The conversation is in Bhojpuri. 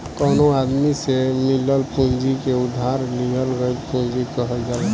कवनो आदमी से मिलल पूंजी के उधार लिहल गईल पूंजी कहल जाला